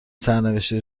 سرنوشتی